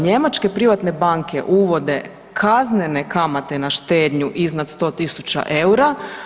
Njemačke privatne banke uvode kaznene kamate na štednju iznad 100.000 EUR-a.